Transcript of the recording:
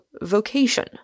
vocation